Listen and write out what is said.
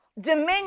Dominion